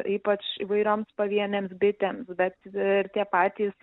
ypač įvairioms pavienėms bitėms bet ir tie patys